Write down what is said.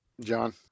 John